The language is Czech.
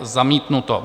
Zamítnuto.